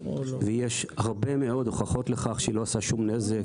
ויש הרבה מאוד הוכחות לכך שהיא לא עושה שום נזק,